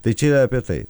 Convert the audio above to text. tai čia apie tai